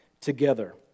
together